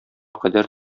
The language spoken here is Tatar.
кадәр